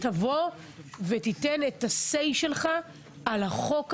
תבוא ותיתן את ה-say שלך על החוק הזה,